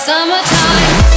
Summertime